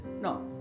No